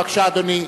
בבקשה, אדוני.